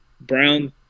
Brown